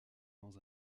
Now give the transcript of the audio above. dans